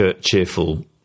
cheerful